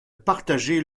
partager